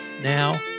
now